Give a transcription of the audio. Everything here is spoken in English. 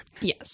Yes